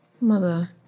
mother